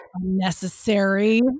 unnecessary